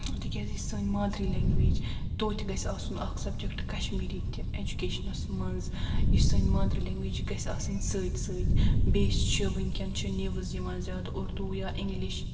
تِکیازِ یہِ چھِ سٲنۍ مادریی لنگویج توتہِ گژھہِ آسُن اکھ سبجکٹ کشمیری تہِ ایٚجوکیشنس منٛز یہِ چھِ سٲنۍ مادری لنگویج یہِ گژھہِ آسٕنۍ سۭتۍ سۭتۍ بیٚیہِ چھِ وُنکیٚن چھِ نِوٕز یِوان زیادٕ اردو یا انگلش